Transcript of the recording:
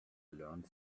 learned